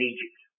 Egypt